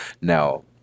Now